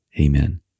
Amen